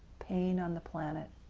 pain on the planet